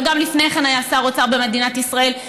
וגם לפני כן היה שר אוצר במדינת ישראל,